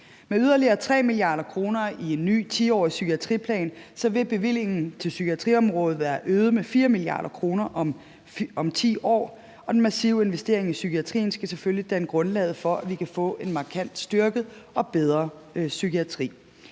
Med yderligere 3 mia. kr. i en ny 10-årig psykiatriplan vil bevillingen til psykiatriområdet være øget med 4 mia. kr. om 10 år, og den massive investering i psykiatrien skal selvfølgelig danne grundlaget for, at vi kan få en markant styrket og bedre psykiatri.